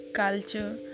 culture